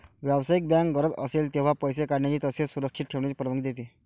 व्यावसायिक बँक गरज असेल तेव्हा पैसे काढण्याची तसेच सुरक्षित ठेवण्याची परवानगी देते